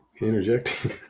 Interjecting